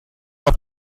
auf